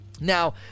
now